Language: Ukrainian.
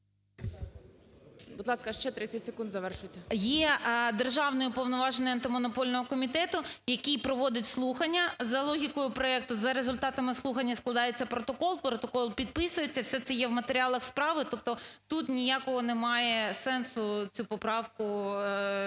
Є Державний уповноважений Антимонопольного комітету, який проводить слухання. За логікою проекту, за результатами слухання складається протокол, протокол підписується, і все це є в матеріалах справи, тобто тут ніякого немає сенсу цю поправку відміняти.